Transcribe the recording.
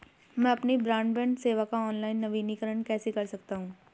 मैं अपनी ब्रॉडबैंड सेवा का ऑनलाइन नवीनीकरण कैसे कर सकता हूं?